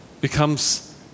becomes